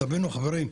תבינו חברים,